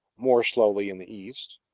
more slowly in the east.